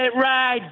ride